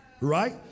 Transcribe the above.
Right